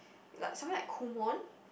like something like Kumon